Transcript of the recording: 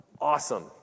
awesome